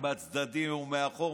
בצדדים ומאחור,